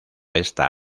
esta